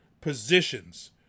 positions